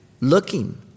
looking